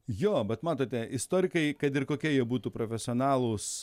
jo bet matote istorikai kad ir kokie jie būtų profesionalūs